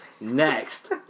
next